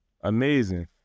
Amazing